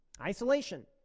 isolation